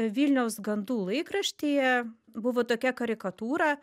vilniaus gandų laikraštyje buvo tokia karikatūra